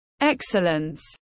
excellence